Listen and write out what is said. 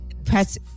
press